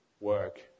Work